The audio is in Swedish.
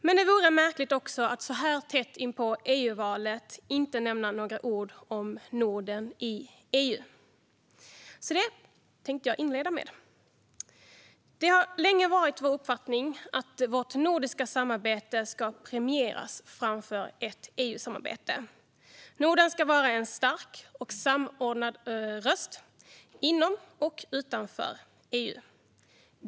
Men det vore märkligt att så här tätt inpå EU-valet inte nämna några ord om Norden i EU, så detta tänkte jag inleda med. Det har länge varit vår uppfattning att vårt nordiska samarbete ska premieras framför ett EU-samarbete. Norden ska vara en stark och samordnad röst inom och utanför EU.